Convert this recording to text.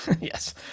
yes